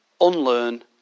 unlearn